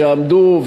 שעמדו,